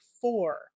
four